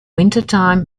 wintertime